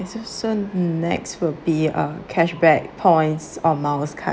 s~ so so next will be uh cashback points or miles card